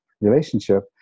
relationship